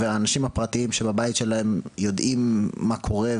והאנשים הפרטיים של הבית שלהם יודעים מה קורה,